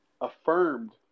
affirmed